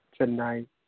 Tonight